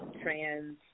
trans